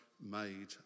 made